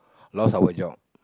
lost our job